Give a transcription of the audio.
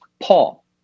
Paul